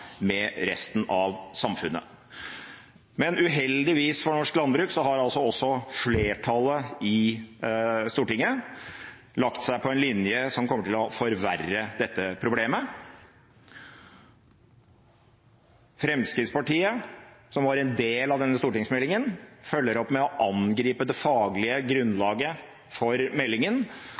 Men uheldigvis for norsk landbruk har flertallet i Stortinget lagt seg på en linje som kommer til å forverre dette problemet. Fremskrittspartiet, som sto bak denne stortingsmeldingen, følger opp med å angripe det faglige grunnlaget for meldingen